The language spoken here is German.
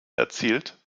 erzielt